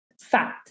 fat